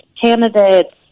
candidates